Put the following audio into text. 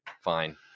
fine